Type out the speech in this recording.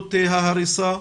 מדיניות ההריסה,